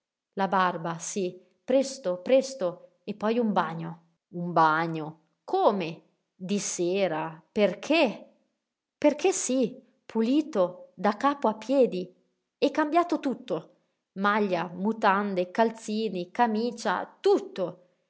la barba sí presto presto e poi un bagno un bagno come di sera perché perché sí pulito da capo a piedi e cambiato tutto maglia mutande calzini camicia tutto